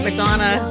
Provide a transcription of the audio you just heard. Madonna